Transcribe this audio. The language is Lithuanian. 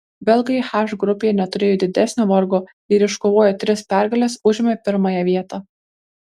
belgai h grupėje neturėjo didesnio vargo ir iškovoję tris pergales užėmė pirmąją vietą